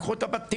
לקחו את הבתים,